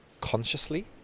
consciously